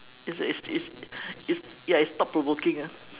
it's it's it's it's ya it's thought provoking ah